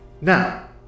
Now